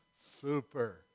Super